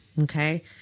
okay